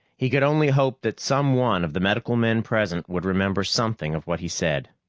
he could only hope that some one of the medical men present would remember something of what he said.